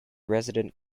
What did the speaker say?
resident